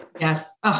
Yes